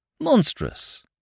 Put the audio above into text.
Monstrous